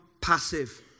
passive